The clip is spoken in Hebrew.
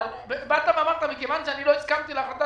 אבל להגיד: מכיוון שלא הסכמתי להחלטה